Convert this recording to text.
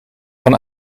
van